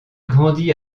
grandit